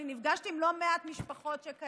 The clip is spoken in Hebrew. אני נפגשתי עם לא מעט משפחות שכאלה.